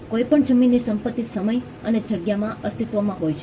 કોઈપણ જમીનની સંપતિ સમય અને જગ્યામાં અસ્તિત્વમાં હોય છે